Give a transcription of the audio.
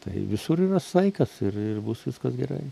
tai visur yra saikas ir ir bus viskas gerai